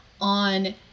on